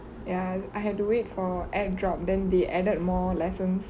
ya I had to wait for add drop then they added more lessons